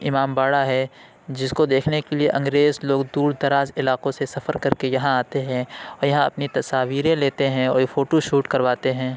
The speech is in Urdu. امام باڑا ہے جس کو دیکھنے کے لیے انگریز لوگ دور دراز علاقوں سے سفر کرکے یہاں آتے ہیں اور یہاں اپنی تصاویر لیتے ہیں اور فوٹو شوٹ کرواتے ہیں